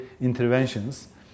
interventions